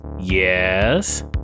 Yes